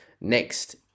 Next